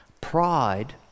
pride